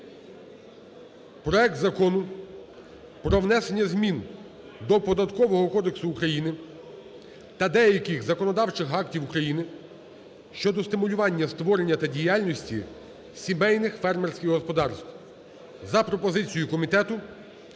проект Закону про внесення змін до Податкового кодексу України та деяких законодавчих актів України щодо стимулювання створення та діяльності сімейних фермерських господарств за пропозицією комітету